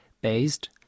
based